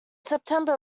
september